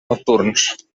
nocturns